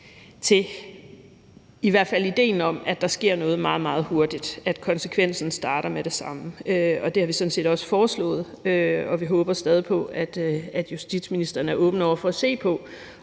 ville bidrage til, at der sker noget meget, meget hurtigt, at konsekvensen starter med det samme. Det har vi sådan set også foreslået, og vi håber stadig væk på, at justitsministeren er åben over for at se på,